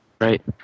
right